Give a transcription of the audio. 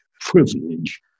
privilege